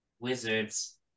Wizards